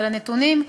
על נתונים,